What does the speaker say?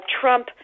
Trump